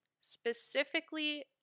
specifically